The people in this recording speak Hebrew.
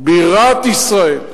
בירת ישראל?